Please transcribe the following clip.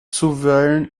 zuweilen